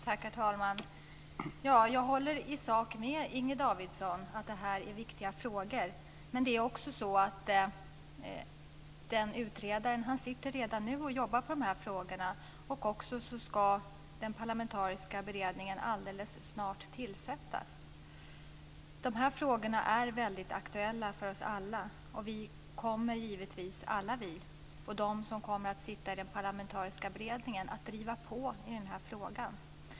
Herr talman! Jag håller i sak med Inger Davidson om att det här är viktiga frågor. Men utredaren jobbar redan nu med dessa frågor. Dessutom ska den parlamentariska utredningen alldeles snart tillsättas. Dessa frågor är väldigt aktuella för oss alla. Vi kommer naturligtvis alla, också de som kommer att sitta i den parlamentariska utredningen, att driva på i den här frågan.